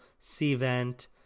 cvent